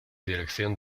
dirección